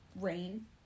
Rain